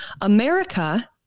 America